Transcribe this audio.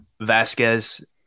Vasquez